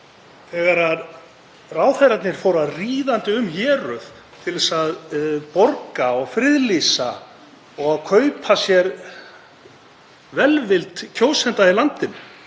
þegar ráðherrarnir fóru ríðandi um héruð til að borga og friðlýsa og kaupa sér velvild kjósenda í landinu,